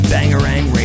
Bangarang